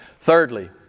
Thirdly